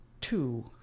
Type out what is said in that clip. two